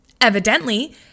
Evidently